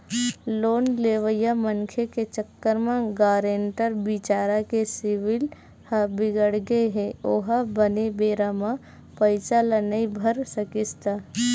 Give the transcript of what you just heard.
loan लेवइया मनखे के चक्कर म गारेंटर बिचारा के सिविल ह बिगड़गे हे ओहा बने बेरा म पइसा ल नइ भर सकिस त